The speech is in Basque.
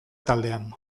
taldean